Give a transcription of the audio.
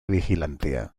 vigilancia